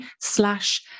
slash